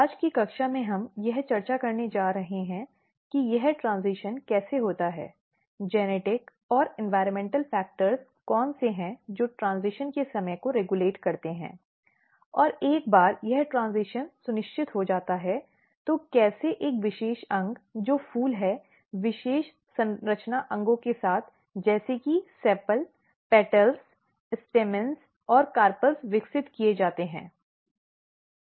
आज की कक्षा में हम यह चर्चा करने जा रहे हैं कि यह ट्रेन्ज़िशन कैसे होता है आनुवंशिक और पर्यावरणीय कारक कौन से हैं जो ट्रेन्ज़िशन के समय को रेग्यूलेट करते हैं और एक बार यह ट्रेन्ज़िशन सुनिश्चित हो जाता है तो कैसे एक विशेष अंग जो फूल है विशेष संरचना अंगों के साथ जैसे कि सेपल पेटलपुंकेसर और कार्पल विकसित किए जाते हैं